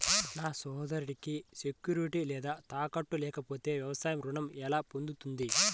నా సోదరికి సెక్యూరిటీ లేదా తాకట్టు లేకపోతే వ్యవసాయ రుణం ఎలా పొందుతుంది?